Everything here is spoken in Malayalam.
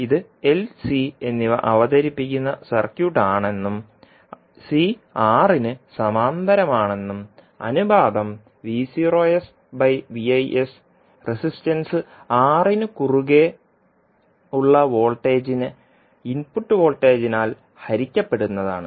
ഇത് എൽ സി LC എന്നിവ അവതരിപ്പിക്കുന്ന സർക്യൂട്ടാണെന്നും C R ന് സമാന്തരമാണെന്നും അനുപാതം റെസിസ്റ്റൻസ് Rന് കുറുകെ ഉള്ള വോൾട്ടേജിനെ ഇൻപുട്ട് വോൾട്ടേജിനാൽ ഹരിക്കപ്പെടുന്നതാണ്